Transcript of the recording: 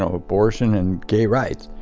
ah abortion and gay rights,